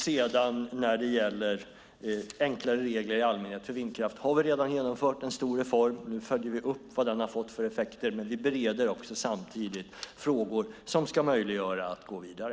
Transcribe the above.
Beträffande enklare regler i allmänhet för vindkraft: Vi har redan genomfört en stor reform. Nu följer vi upp vilka effekter den har fått. Men vi bereder samtidigt frågor som ska göra det möjligt att gå vidare.